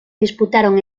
disputaron